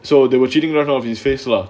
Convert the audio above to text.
so they were cheating out of his face lah